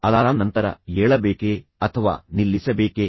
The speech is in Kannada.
ಅಲಾರಾಂ ಮೊಳಗಿದ ನಂತರ ಏಳಬೇಕೇ ಅಥವಾ ಅದನ್ನು ನಿಲ್ಲಿಸಬೇಕೇ